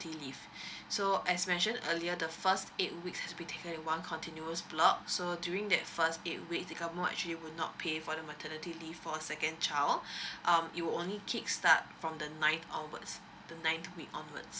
leave so as mentioned earlier the first eight week has to be taken in one continuous block so during that first eight week the government actually will not pay for the maternity leave for a second child um it will only kick start from the ninth onwards the ninth week onwards